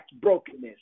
brokenness